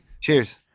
Cheers